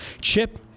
Chip